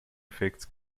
effects